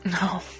no